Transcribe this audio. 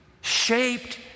shaped